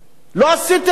לא עשיתם את זה.